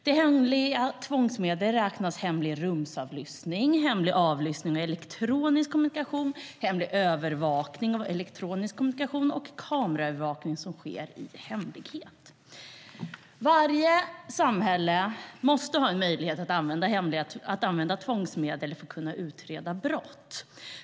Till hemliga tvångsmedel räknas hemlig rumsavlyssning, hemlig avlyssning av elektronisk kommunikation, hemlig övervakning av elektronisk kommunikation och kameraövervakning som sker i hemlighet. Varje samhälle måste ha möjlighet att använda tvångsmedel för att kunna utreda brott.